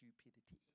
stupidity